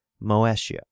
Moesia